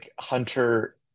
Hunter